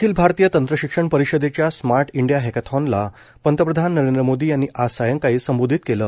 अखिल भारतीय तंत्रशिक्षण परिषदेच्या स्मार्ट इंडिया हक्केथॉनला पंतप्रधान नरेंद्र मोदी यांनी आज सायंकाळी संबोधित केलं